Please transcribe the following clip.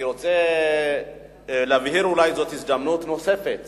אני רוצה להבהיר אולי בהזדמנות נוספת